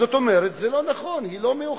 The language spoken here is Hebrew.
זאת אומרת, זה לא נכון, היא לא מאוחדת.